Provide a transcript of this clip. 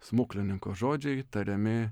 smuklininko žodžiai tariami